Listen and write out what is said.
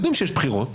יודעים שיש בחירות.